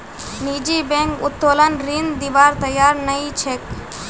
निजी बैंक उत्तोलन ऋण दिबार तैयार नइ छेक